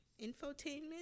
infotainment